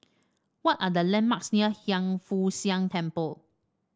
what are the landmarks near Hiang Foo Siang Temple